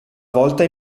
volta